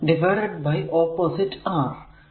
അത് divided by opposite R